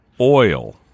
oil